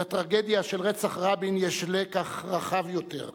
לטרגדיה של רצח רבין יש לקח רחב יותר,